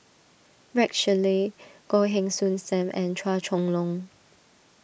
Rex Shelley Goh Heng Soon Sam and Chua Chong Long